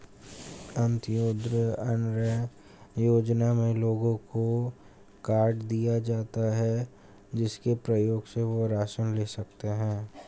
अंत्योदय अन्न योजना में लोगों को कार्ड दिए जाता है, जिसके प्रयोग से वह राशन ले सकते है